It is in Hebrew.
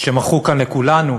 שמכרו כאן לכולנו,